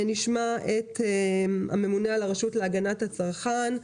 ונשמע את הממונה על הרשות להגנת הצרכן,